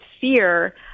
fear